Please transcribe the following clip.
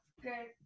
okay